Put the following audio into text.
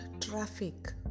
traffic